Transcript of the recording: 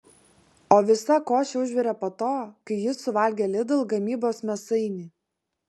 o visa košė užvirė po to kai jis suvalgė lidl gamybos mėsainį